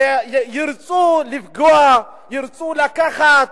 שירצו לפגוע, ירצו לקחת,